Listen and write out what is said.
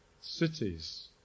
Cities